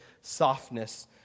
softness